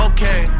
Okay